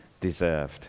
deserved